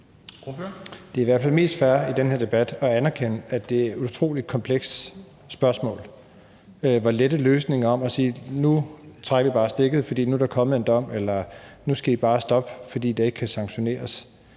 Det er jo i hvert fald mest fair i den her debat at anerkende, at det er et utrolig komplekst spørgsmål, hvor der ikke er lette løsninger, hvor man siger, at nu trækker vi bare stikket, for nu er der kommet en dom, eller siger: Nu skal I bare stoppe, fordi det ikke kan sanktioneres.